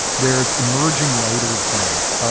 there's emerging writers grants.